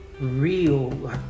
real